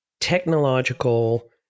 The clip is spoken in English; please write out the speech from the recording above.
technological